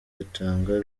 rutanga